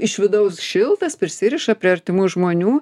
iš vidaus šiltas prisiriša prie artimų žmonių